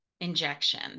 injection